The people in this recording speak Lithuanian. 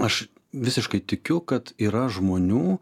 aš visiškai tikiu kad yra žmonių